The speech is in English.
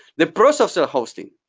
the pros of self-hosting